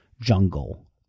jungle